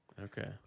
Okay